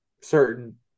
certain